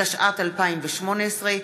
התשע"ט 2018,